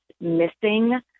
missing